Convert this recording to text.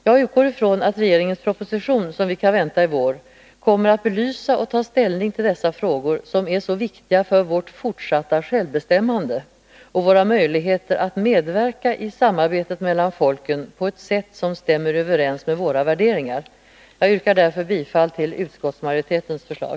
Jag utgår från att regeringens proposition, som vi kan vänta i vår, kommer att belysa och ta ställning till dessa frågor, som är så viktiga för vårt fortsatta självbestämmande och för våra möjligheter att medverka i samarbetet mellan folken på ett sätt som överensstämmer med våra värderingar. Jag yrkar därför bifall till utskottsmajoritetens förslag.